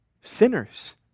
sinners